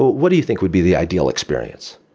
what do you think would be the ideal experience?